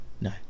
no